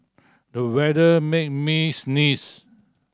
the weather made me sneeze